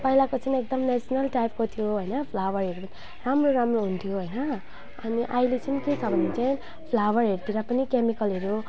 पहिलाको चाहिँ एकदम नेसनल टाइपको थियो होइन फ्लावरहरू पनि राम्रो राम्रो हुन्थ्यो होइन अनि अहिले चाहिँ के छ भने चाहिँ फ्लावरहरू तिर पनि क्यामिकलहरू